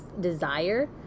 desire